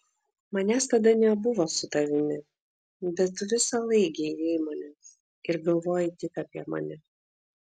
manęs tada nebuvo su tavimi bet tu visąlaik geidei manęs ir galvojai tik apie mane